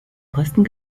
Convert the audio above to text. kosten